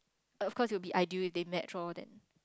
of course it will be ideal if they match loh then